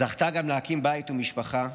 זכתה גם להקים בית ומשפחה,